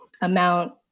amount